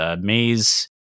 Maze